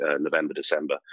November-December